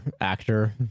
actor